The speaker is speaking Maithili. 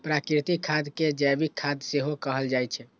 प्राकृतिक खाद कें जैविक खाद सेहो कहल जाइ छै